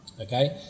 okay